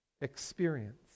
experience